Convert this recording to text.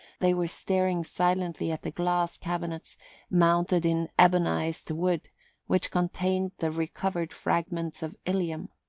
they were staring silently at the glass cabinets mounted in ebonised wood which contained the recovered fragments of ilium.